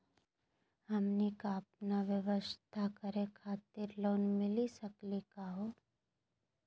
हमनी क अपन व्यवसाय करै खातिर लोन मिली सकली का हो?